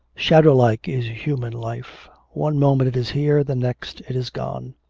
shadow-like is human life! one moment it is here, the next it is gone.